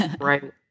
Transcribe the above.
Right